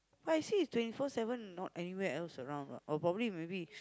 but I see is twenty four seven not anywhere else around ah or probably maybe